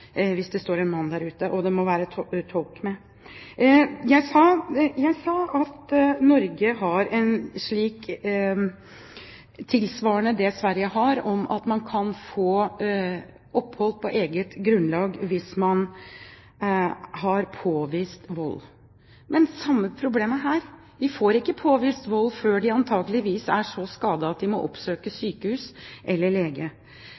hvis det står en mann der ute. Og det må være tolk med. Jeg sa at Norge har tilsvarende det Sverige har, at man kan få opphold på eget grunnlag hvis det er påvist vold. Men det er det samme problemet her, at man antakeligvis ikke får påvist vold før kvinnene er så skadet at de må oppsøke sykehus eller lege.